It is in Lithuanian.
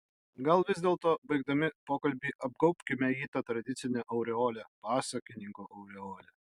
gal vis dėlto baigdami pokalbį apgaubkime jį ta tradicine aureole pasakininko aureole